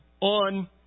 on